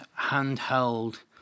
handheld